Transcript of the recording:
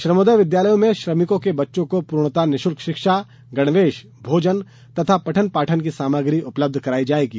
श्रमोदय विद्यालयों में श्रमिकों के बच्चों को पूर्णतरू निशुल्क शिक्षा गणवेश भोजन तथा पठन पाठन की सामग्री उपलब्ध करवायी जायेगी